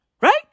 right